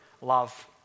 love